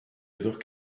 jedoch